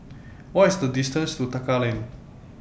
What IS The distance to Tekka Lane